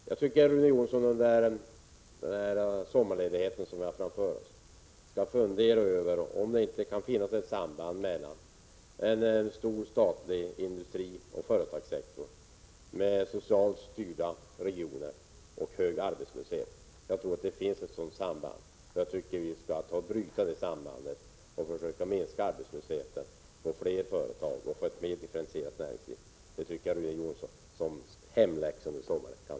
Jag tycker att Rune Jonsson under den sommarledighet som vi har framför Prot. 1986/87:134 oss skall fundera över om det inte kan finnas ett samband mellan en stor 2 juni 1987 statlig industri och företagssektor med socialt styrda regioner och hög arbetslöshet. Jag tror att det finns ett sådant samband. Jag tycker att vi skall bryta det sambandet och försöka minska arbetslösheten, få fler företag och ett intensifierat näringsliv. Det tycker jag att Rune Jonsson kan få som hemläxa över sommaren.